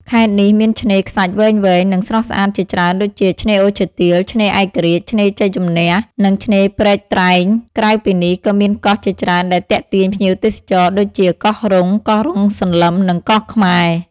ខេត្តនេះមានឆ្នេរខ្សាច់វែងៗ និងស្រស់ស្អាតជាច្រើនដូចជា ឆ្នេរអូឈើទាល ឆ្នេរឯករាជ្យ ឆ្នេរជ័យជំនះ និងឆ្នេរព្រែកត្រែង។ ក្រៅពីនេះ ក៏មានកោះជាច្រើនដែលទាក់ទាញភ្ញៀវទេសចរ ដូចជាកោះរុង កោះរុងសន្លឹម និងកោះខ្មែរ។